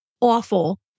awful